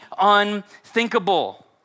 unthinkable